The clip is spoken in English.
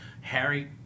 Harry